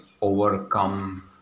overcome